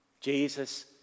Jesus